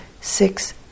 six